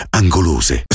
angolose